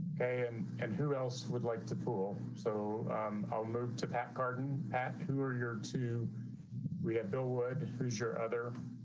and and who else would like to pool. so i'll move to carden at, who are your two we have bill would who's your other